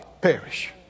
perish